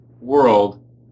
world